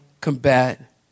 combat